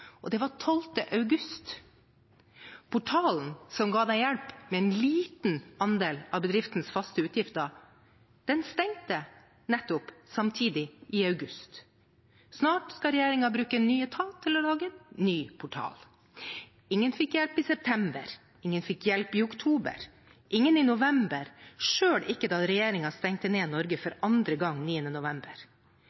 og det var 12. august. Portalen som ga dem hjelp med en liten andel av bedriftens faste utgifter, stengte samtidig, i august. Snart skal regjeringen bruke en ny etat til å lage en ny portal. Ingen fikk hjelp i september. Ingen fikk hjelp i oktober. Ingen fikk hjelp i november, selv ikke da regjeringen stengte ned Norge for